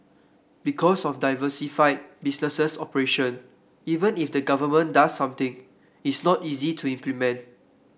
because of diversified business operations even if the government does something it's not easy to implement